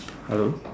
hello